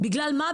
בגלל מה?